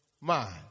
mind